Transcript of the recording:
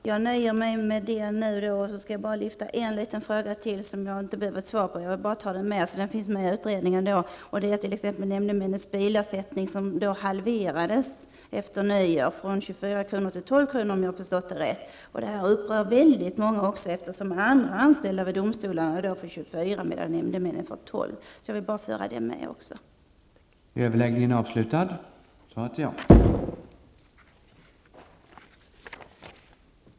Herr talman! Jag nöjer mig med detta. Jag vill bara ta upp ytterligare en fråga, som jag inte behöver få något svar på. Jag vill bara att frågan skall beaktas i utredningen. Nämndemännens bilersättning halveras efter nyår från 24 kr. till 12 kr., om jag förstått saken rätt. Detta har upprört väldigt många, eftersom andra anställda vid domstolarna får 24 kr. mot nämndemännens 12 kr. Detta förhållande borde också uppmärksammas i utredningen.